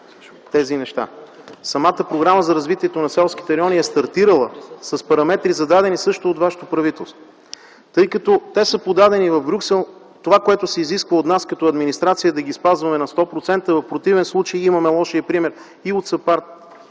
тези неща. Самата Програма за развитието на селските райони е стартирала с параметри, зададени също от вашето правителство. Тъй като те са подадени в Брюксел това, което се изисква от нас като администрация, е да ги спазваме на 100 процента. В противен случай имаме лошият пример и от САПАРД,